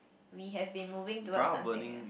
we have been moving towards something else